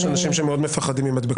יש אנשים שמאוד מפחדים ממדבקות.